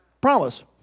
promise